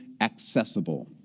accessible